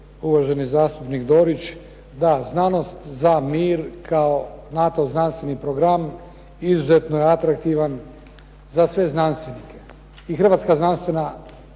Hrvatska znanstvena